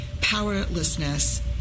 Powerlessness